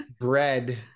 bread